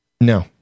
No